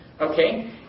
Okay